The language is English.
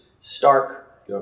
stark